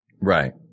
Right